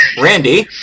Randy